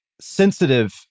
sensitive